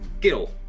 Gil